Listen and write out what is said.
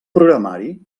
programari